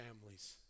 families